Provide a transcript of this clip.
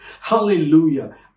Hallelujah